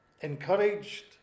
encouraged